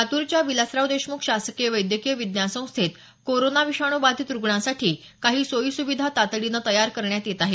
लातूरच्या विलासराव देशमुख शासकीय वैद्यकीय विज्ञान संस्थेत कोरोना विषाणू बाधित रुग्णांसाठी काही सोयी सुविधा तातडीनं तयार करण्यात येत आहे